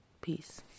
Peace